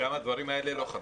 שם הדברים האלה לא חלים?